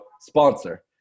sponsor